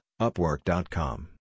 Upwork.com